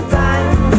time